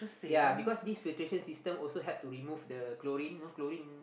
yea because this filtration system also help to remove the chlorine you know chlorine